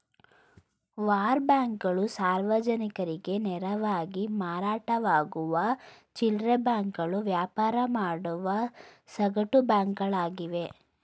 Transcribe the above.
war ಬಾಂಡ್ಗಳು ಸಾರ್ವಜನಿಕರಿಗೆ ನೇರವಾಗಿ ಮಾರಾಟವಾಗುವ ಚಿಲ್ಲ್ರೆ ಬಾಂಡ್ಗಳು ವ್ಯಾಪಾರ ಮಾಡುವ ಸಗಟು ಬಾಂಡ್ಗಳಾಗಿವೆ